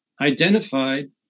identified